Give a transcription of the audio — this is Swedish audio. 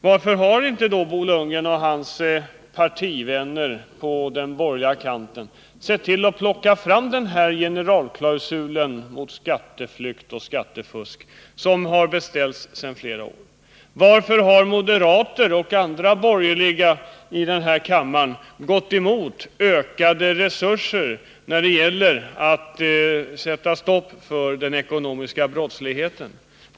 Varför har då inte Bo Lundgren och hans partivänner på den borgerliga kanten plockat fram den generalklausul mot skatteflykt och skattefusk som beställts sedan flera år tillbaka? Varför har moderaterna och andra borgerliga i den här kammaren gått emot ökade resurser när det gäller att sätta stopp för den ekonomiska brottsligheten?